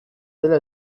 dela